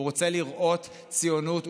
הוא רוצה לראות ציונות,